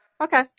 Okay